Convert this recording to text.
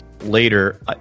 later